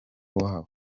wabo